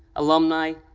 alumni,